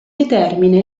determina